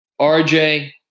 RJ